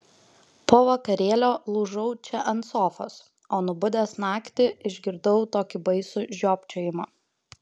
po vakarėlio lūžau čia ant sofos o nubudęs naktį išgirdau tokį baisų žiopčiojimą